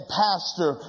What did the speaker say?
pastor